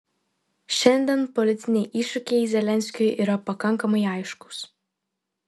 šiandien politiniai iššūkiai zelenskiui yra pakankamai aiškūs